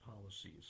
policies